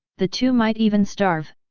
the two might even starve.